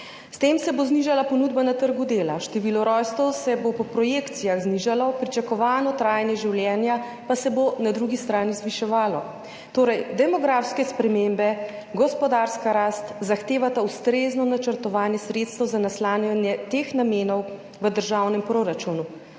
s tem se bo znižala ponudba na trgu dela, število rojstev se bo po projekcijah znižalo, pričakovano trajanje življenja pa se bo na drugi strani zviševalo, torej demografske spremembe, gospodarska rast zahtevata ustrezno načrtovanje sredstev za naslanjanje teh namenov v državnem proračunu,